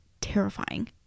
terrifying